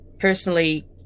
personally